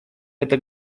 это